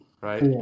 right